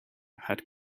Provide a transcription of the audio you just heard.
had